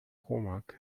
mccormack